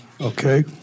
Okay